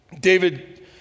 David